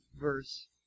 verse